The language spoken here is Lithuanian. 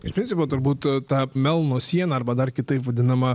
iš principo turbūt ta melno siena arba dar kitaip vadinama